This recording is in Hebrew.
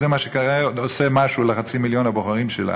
זה מה שכנראה עושה משהו לחצי מיליון הבוחרים שלה.